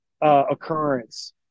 occurrence